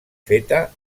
feta